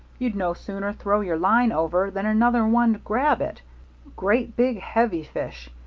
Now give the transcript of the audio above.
you'd no sooner throw your line over than another one'd grab it great, big, heavy fish,